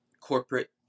corporate